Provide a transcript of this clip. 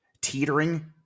teetering